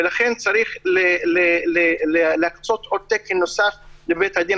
ולכן צריך להקצות תקן נוסף לבית הדין